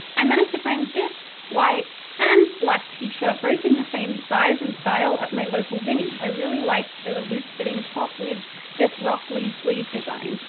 i managed to find this white and black t-shirt both in the same size and style at my local vinnies i really like the loose-fitting top with this ruffly sleeve design.